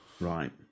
Right